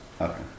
Okay